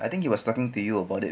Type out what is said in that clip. I think he was talking to you about it